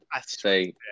say